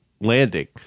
landing